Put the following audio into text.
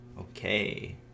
Okay